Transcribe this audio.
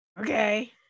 Okay